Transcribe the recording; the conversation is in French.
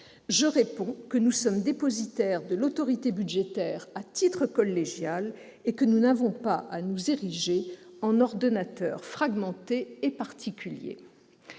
Je réponds que nous sommes dépositaires de l'autorité budgétaire à titre collégial et que nous n'avons pas à nous ériger [...] en ordonnateurs fragmentés et particuliers.